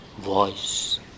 voice